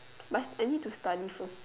but I need to study first